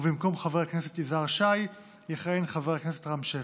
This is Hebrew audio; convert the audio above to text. ובמקום חבר הכנסת יזהר שי יכהן חבר הכנסת רם שפע.